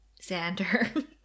Xander